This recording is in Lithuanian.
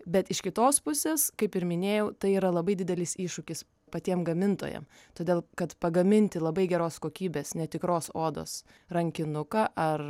bet iš kitos pusės kaip ir minėjau tai yra labai didelis iššūkis patiem gamintojam todėl kad pagaminti labai geros kokybės netikros odos rankinuką ar